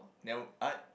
then I